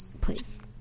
please